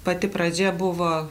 pati pradžia buvo